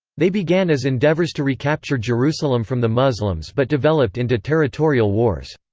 they began as endeavors to recapture jerusalem from the muslims but developed into territorial wars.